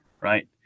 right